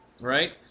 right